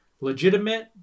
legitimate